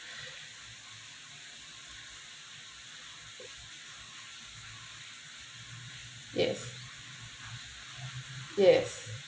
yes yes